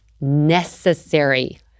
necessary